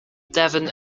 devon